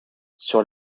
sur